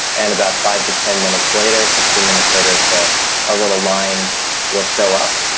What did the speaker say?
and about five to ten minutes later, fifteen minutes later. so a little line will show up.